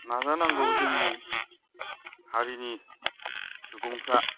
नाजानांगौ जोंनि हारिनि सुबुंफ्रा